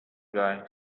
guy